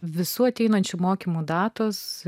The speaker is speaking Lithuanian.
visų ateinančių mokymų datos